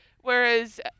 whereas